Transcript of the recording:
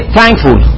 thankful